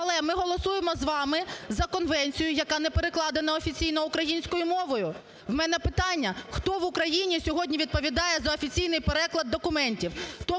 Але ми голосуємо з вами за конвенцію, яка не перекладена офіційно українською мовою! У мене питання: хто в Україні сьогодні відповідає за офіційний переклад документів?